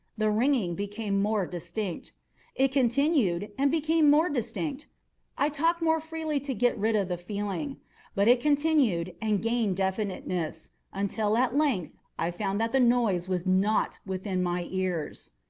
the ringing became more distinct it continued and became more distinct i talked more freely to get rid of the feeling but it continued and gained definiteness until, at length, i found that the noise was not within my ears.